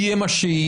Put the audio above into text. יהיה מה שיהיה.